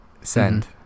Send